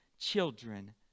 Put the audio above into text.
children